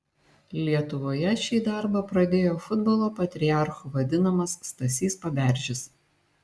lietuvoje šį darbą pradėjo futbolo patriarchu vadinamas stasys paberžis